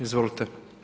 Izvolite.